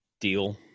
deal